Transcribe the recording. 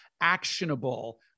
actionable